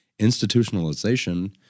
Institutionalization